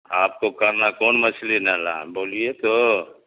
آپ کو کرنا کون مچھلی ہے بولیے تو